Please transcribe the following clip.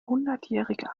hundertjährige